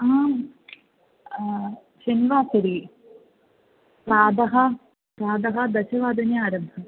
आम् शनिवासरे प्रातः प्रातः दशवादने आरब्धम्